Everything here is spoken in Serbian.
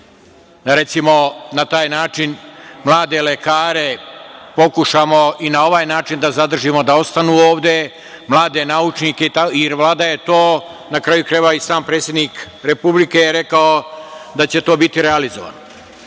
Da, recimo na taj način mlade lekare pokušamo i na ovaj način da zadržimo da ostanu ovde, mlade naučnike i Vlada je to na kraju krajevi i sam predsednik Republike je rekao da će to biti realizovano. Ali,